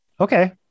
Okay